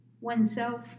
oneself